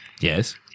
Yes